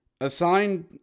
assigned